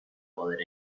poder